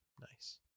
Nice